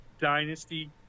Dynasty